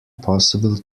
possible